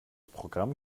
programm